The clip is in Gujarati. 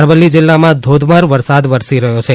અરવલ્લી જિલ્લામાં ધોધમાર વરસાદ વરસી રહ્યો છે